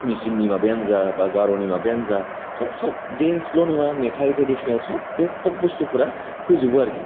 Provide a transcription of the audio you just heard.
मिसिंनि माबायानो जा बा गार'नि माबयानो जा स' सब डेनसल' नङा मेथाइ ट्रेडिसिनेल सब फग बुस्थुफोरा फैजोबो आरोखि